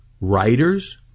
writers